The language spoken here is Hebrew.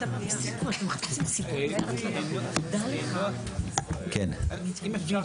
אתם צריכים להודיע אם יש לכם כוונה להחריג את העדכון.